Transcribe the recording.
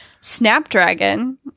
Snapdragon